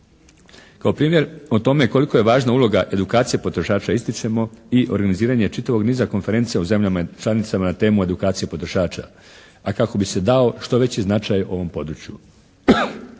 Kao primjer o tome koliko je važna uloga edukacije potrošača ističemo i organiziranje čitavog niza konferencija u zemljama članicama na temu edukacija potrošača, a kako bi se dao što veći značaj ovom području.